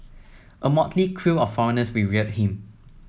a motley crew of foreigners revered him